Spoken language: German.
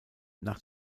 nach